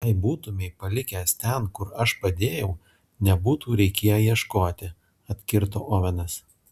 jei būtumei palikęs ten kur aš padėjau nebūtų reikėję ieškoti atkirto ovenas